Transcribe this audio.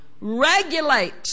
Regulate